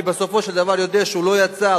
אני בסופו של דבר יודע שהוא לא יצא,